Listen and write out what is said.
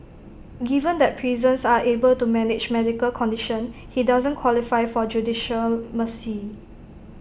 given that prisons are able to manage medical condition he doesn't qualify for judicial mercy